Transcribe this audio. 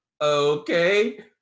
okay